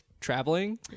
traveling